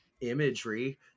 imagery